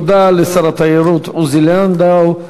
ותודה לשר התיירות עוזי לנדאו.